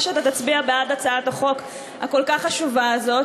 שאתה תצביע בעד הצעת החוק הכל-כך חשובה הזאת.